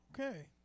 Okay